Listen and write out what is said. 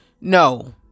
no